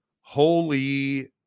Holy